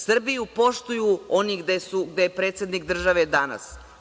Srbiju poštuju oni gde je predsednik države danas.